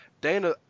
Dana